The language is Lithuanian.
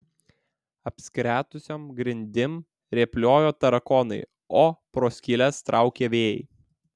apskretusiom grindim rėpliojo tarakonai o pro skyles traukė vėjai